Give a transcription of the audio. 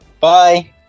Bye